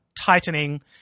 tightening